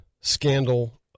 scandal